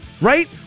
Right